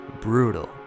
brutal